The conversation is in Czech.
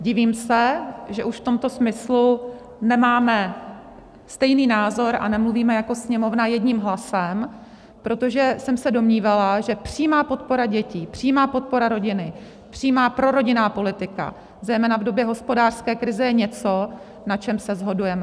Divím se, že už v tomto smyslu nemáme stejný názor a nemluvíme jako Sněmovna jedním hlasem, protože jsem se domnívala, že přímá podpora dětí, přímá podpora rodiny, přímá prorodinná politika, zejména v době hospodářské krize, je něco, na čem se shodujeme.